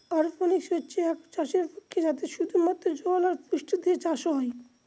অরপনিক্স হচ্ছে একটা চাষের প্রক্রিয়া যাতে শুধু মাত্র জল আর পুষ্টি দিয়ে চাষ করা হয়